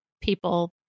people